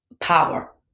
power